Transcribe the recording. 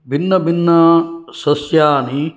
भिन्नभिन्नसस्यानि